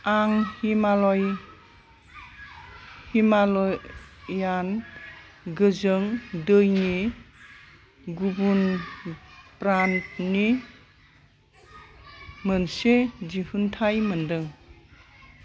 आं हिमालय हिमालयान गोजों दैनि गुबुन ब्रान्डनि मोनसे दिहुनथाइ मोनदों